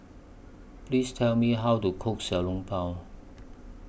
Please Tell Me How to Cook Xiao Long Bao